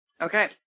Okay